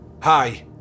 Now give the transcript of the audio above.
Hi